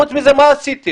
חוץ מזה מה עשיתם?